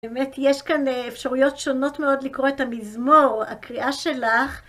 באמת, יש כאן אפשרויות שונות מאוד לקרוא את המזמור, הקריאה שלך.